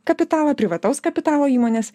kapitalą privataus kapitalo įmones